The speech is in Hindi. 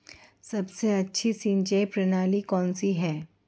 सबसे अच्छी सिंचाई प्रणाली कौन सी है?